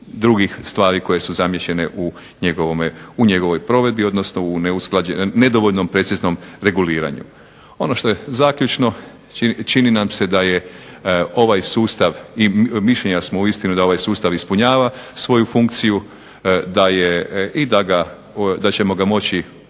drugih stvari koje su zamišljene u njegovoj provedbi, odnosno u nedovoljnom preciznom reguliranju. Ono što je zaključno čini nam se da je ovaj sustav, mišljenja smo uistinu da ovaj sustav ispunjava svoju funkciju, da je, i